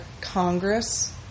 Congress